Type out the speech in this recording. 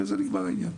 ובזה נגמר העניין.